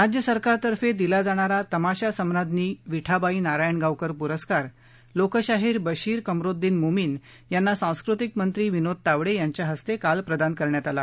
राज्य सरकारतर्फे दिला जाणारा तमाशा सम्राज्ञी विठाबाई नारायणगावकर पुरस्कार लोकशाहीर बशीर कमरोद्दिन मोमीन यांना सांस्कृतिक मंत्री विनोद तावडे यांच्या हस्ते काल प्रदान करण्यात आला